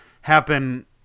happen